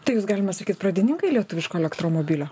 tai jūs galima sakyt pradininkai lietuviško elektromobilio